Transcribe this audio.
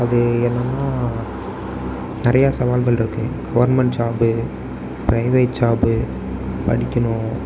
அது என்னன்னால் நிறையா சவால்கள்ருக்குது கவர்மண்ட் ஜாபு பிரைவேட் ஜாபு படிக்கணும்